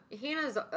Hannah's